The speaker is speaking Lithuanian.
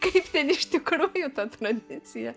kaip ten iš tikrųjų ta tradicija